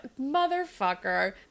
motherfucker